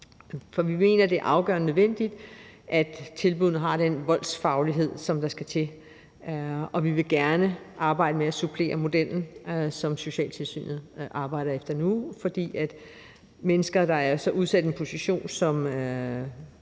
det. Vi mener, det er afgørende nødvendigt, at tilbuddene har den voldsfaglighed, som der skal til, og vi vil gerne arbejde med at supplere modellen, som socialtilsynet arbejder efter nu. For i forhold til mennesker, der er i en så udsat position, hvor